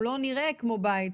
הוא לא נראה ככה כמו בית.